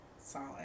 Solid